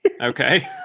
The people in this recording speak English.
Okay